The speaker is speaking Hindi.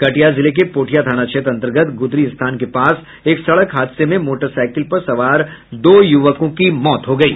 कटिहार जिले के पोठिया थाना क्षेत्र अंतर्गत गुदरी स्थान के पास एक सड़क हादसे में मोटरसाईकिल पर सवार दो युवकों की मौत हो गयी